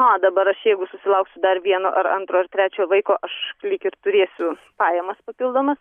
aha dabar aš jeigu susilauksiu dar vieno ar antro ar trečio vaiko aš lyg ir turėsiu pajamas papildomas